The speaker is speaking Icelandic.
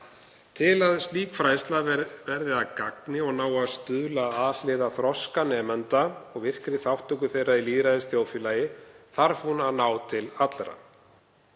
Til að slík fræðsla verði að gagni og nái að stuðla að alhliða þroska nemenda og virkri þátttöku þeirra í lýðræðisþjóðfélagi þarf hún að ná til allra.